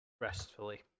restfully